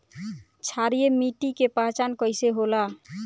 क्षारीय मिट्टी के पहचान कईसे होला?